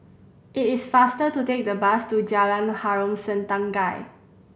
it is faster to take the bus to Jalan Harom Setangkai